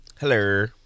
Hello